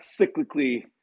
cyclically